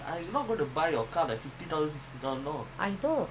so when you buy the car